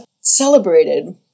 celebrated